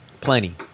Plenty